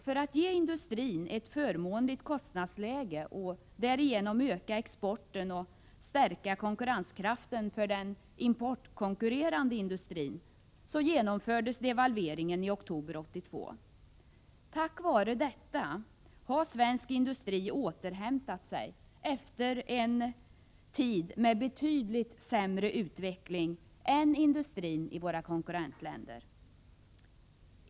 För att ge industrin ett förmånligt kostnadsläge och därigenom öka exporten och stärka konkurrenskraften för den importkonkurrerande industrin genomfördes devalveringen i oktober 1982. Tack vare denna har svensk industri återhämtat sig efter en tid med betydligt sämre utveckling än industrin i våra konkurrentländer.